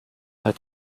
that